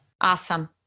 Awesome